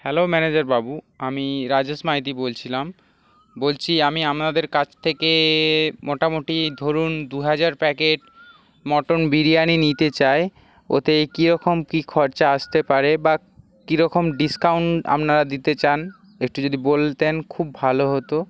hello ম্যানেজারবাবু আমি রাজেশ মাইতি বলছিলাম বলছি আমি আপনাদের কাছ থেকে মোটামোটি ধরুন দু হাজার প্যাকেট মটন বিরিয়ানি নিতে চাই ওতে কীরকম কী খরচা আসতে পারে বা কীরকম ডিসকাউন্ট আপনারা দিতে চান একটু যদি বলতেন খুব ভালো হতো